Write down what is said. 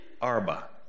Arba